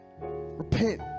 Repent